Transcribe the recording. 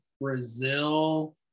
Brazil